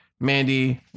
mandy